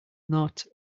not